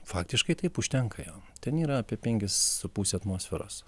faktiškai taip užtenka jo ten yra apie penkis su puse atmosferos